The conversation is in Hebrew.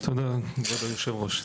תודה, כבוד היושב-ראש.